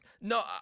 no